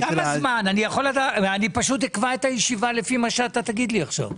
- אקבע את הישיבה לפי מה שתגיד לי עשיו.